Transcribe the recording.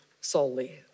solely